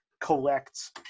collects